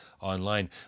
online